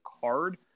card